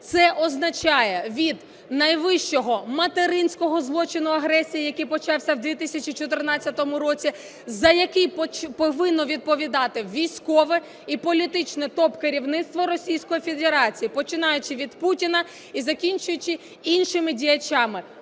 Це означає, від найвищого материнського злочину агресії, який почався в 2014 році, за який повинно відповідати військове і політичне топкерівництво Російської Федерації, починаючи від Путіна і закінчуючи іншими діячами.